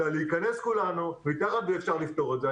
אלא להיכנס כולנו וככה אפשר יהיה לפתור את זה.